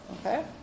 Okay